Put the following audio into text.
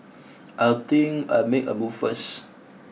I'll think I'll make a move first